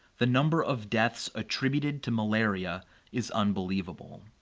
the number of deaths attributed to malaria is unbelievable.